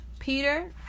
Peter